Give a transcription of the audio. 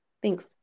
Thanks